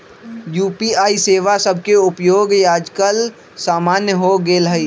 UPI सेवा सभके उपयोग याजकाल सामान्य हो गेल हइ